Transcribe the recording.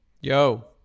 Yo